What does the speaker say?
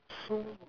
so